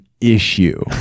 issue